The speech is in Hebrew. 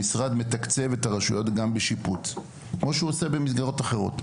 המשרד מתקצב את הרשויות גם בשיפוץ כמו שהוא עושה במסגרת אחרות.